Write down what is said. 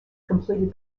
completed